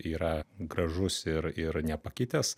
yra gražus ir ir nepakitęs